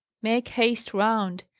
make haste round!